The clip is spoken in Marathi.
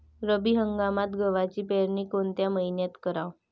रब्बी हंगामात गव्हाची पेरनी कोनत्या मईन्यात कराव?